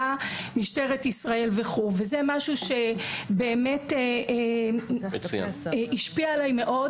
משהו שבאמת השפיע עליי מאוד,